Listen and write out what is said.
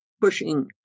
pushing